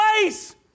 place